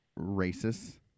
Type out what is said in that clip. racists